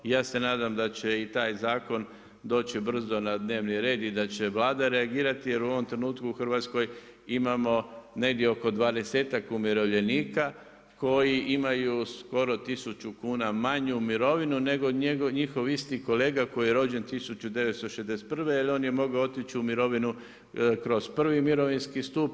I ja se nadam da će i taj zakon doći brzo na dnevni red i da će Vlada reagirati, jer u ovom trenutku u Hrvatskoj imamo negdje oko dvadesetak umirovljenika koji imaju skoro 1000 kuna manju mirovinu nego njegov isti kolega koji je rođen 1961. jer on je mogao otići u mirovinu kroz prvi mirovinski stup.